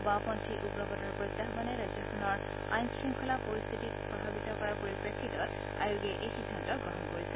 বাওঁপন্থী উগ্ৰবাদৰ প্ৰত্যাহানে ৰাজ্যখনৰ আইন শৃংখলা পৰিস্থিতি প্ৰভাৱিত কৰাৰ পৰিপ্ৰেক্ষিতত আয়োগে এই সিদ্ধান্ত গ্ৰহণ কৰিছে